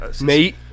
Mate